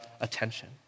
attention